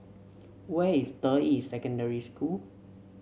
where is Deyi Secondary School